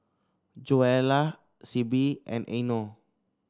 Joella Sibbie and Eino